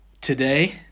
Today